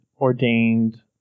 ordained